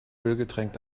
ölgetränkt